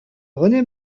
rené